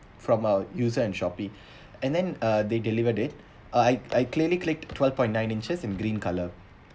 from a user in shopee and then uh they delivered it uh I I clearly clicked twelve point nine inches in green colour